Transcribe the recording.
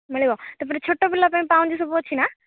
ମିଳିବ ତା''ପରେ ଛୋଟ ପିଲାପାଇଁ ପାଉଁଜି ସବୁ ଅଛି ନା